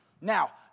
Now